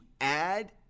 add